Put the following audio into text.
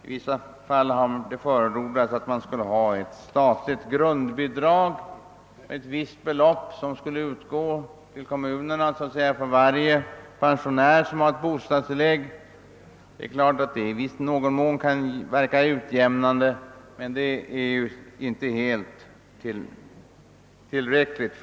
I vissa fall har det förordats att ett statligt grundbidrag med visst belopp skulle utgå till kommunerna för varje pensionär som har bostadstillägg. Detta skulle i någon mån kunna verka utjämnande, men det förefaller mig inte vara tillräckligt.